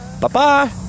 Bye-bye